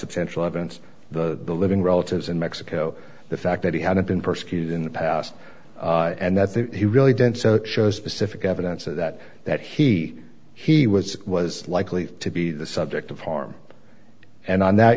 substantial evidence the living relatives in mexico the fact that he hadn't been persecuted in the past and that he really didn't so it shows specific evidence of that that he he was was likely to be the subject of harm and on that